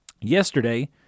Yesterday